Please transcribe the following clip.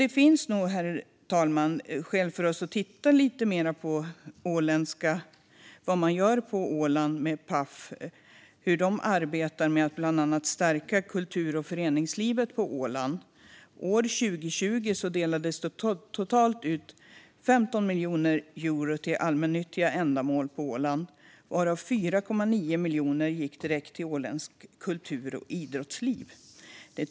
Det finns nog skäl för oss att titta lite mer på vad man gör på Åland med Paf och hur de arbetar med att bland annat stärka kultur och föreningslivet på Åland. År 2020 delades totalt 15 miljoner euro ut till allmännyttiga ändamål på Åland varav 4,9 miljoner gick direkt till det åländska kultur och idrottslivet.